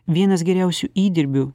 vienas geriausių įdirbių